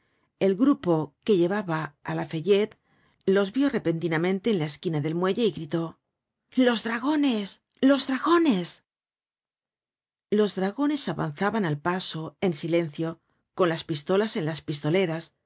el grupo que llevaba á lafayette los vió repentinamente en la esquina del muelle y gritó los dragones los dragones los dragones avanzaban al paso en silencio con las pistolas en las pistoleras